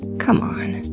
come on.